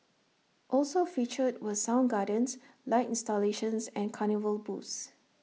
also featured were sound gardens light installations and carnival booths